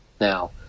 Now